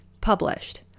published